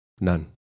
None